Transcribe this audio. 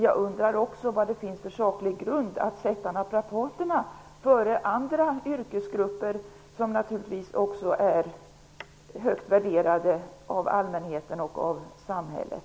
Jag undrar vad det finns för saklig grund att sätta naprapaterna före andra yrkesgrupper, som naturligtvis också är högt värderade av allmänheten och samhället.